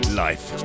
life